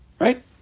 Right